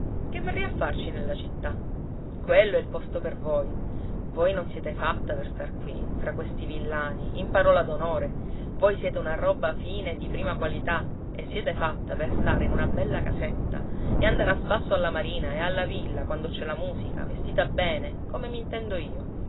che verrei a farci nella città quello è il posto per voi voi non siete fatta per star qui fra questi villani in parola d'onore voi siete una roba fine e di prima qualità e siete fatta per stare in una bella casetta e andare a spasso alla marina e alla villa quando c'è la musica vestita bene come m'intendo io